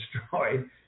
destroyed